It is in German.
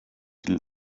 die